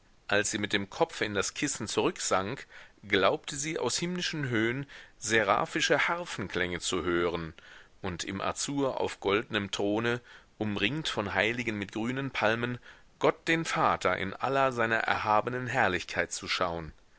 als sie mit dem kopfe in das kissen zurücksank glaubte sie aus himmlischen höhen seraphische harfenklänge zu hören und im azur auf goldnem throne umringt von heiligen mit grünen palmen gott den vater in aller seiner erhabenen herrlichkeit zu schaun